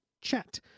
chat